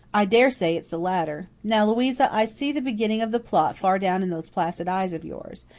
i daresay it's the latter. now, louisa, i see the beginning of the plot far down in those placid eyes of yours.